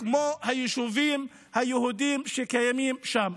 כמו היישובים היהודיים שקיימים שם.